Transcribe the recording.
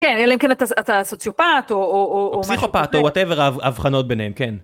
כן, אלא אם כן אתה סוציופט, או פסיכופט, או וואטאבר, ההבחנות ביניהם, כן.